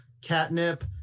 catnip